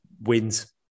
wins